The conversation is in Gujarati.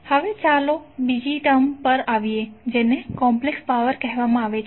હવે ચાલો બીજી ટર્મ પર આવીએ જેને કોમ્પ્લેક્સ પાવર કહેવાય છે